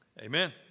Amen